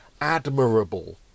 admirable